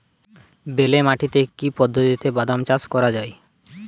বেলে মাটিতে কি পদ্ধতিতে বাদাম চাষ করা যায়?